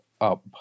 up